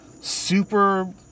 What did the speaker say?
super